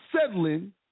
settling